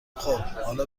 خوب، حالا